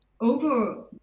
Over